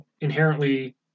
inherently